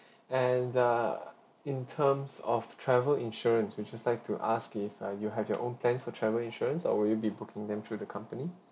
and err in terms of travel insurance which is like to ask if uh you have your own plans for travel insurance or will you be booking them through the company